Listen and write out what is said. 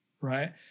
right